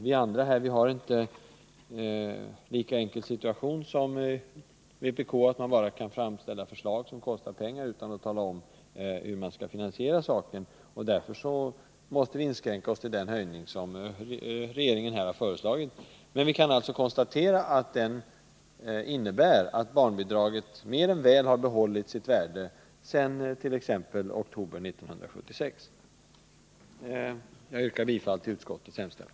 Vi andra här befinner oss inte i en lika enkel situation som vpk, att vi bara kan ställa förslag som kostar pengar utan att tala om hur de skall finansieras. Därför måste vi inskränka oss till den höjning som regeringen har föreslagit, men vi kan alltså konstatera att den innebär att barnbidraget mer än väl har behållit sitt värde sedan t.ex. oktober 1976. Jag yrkar bifall till utskottets hemställan.